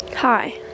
Hi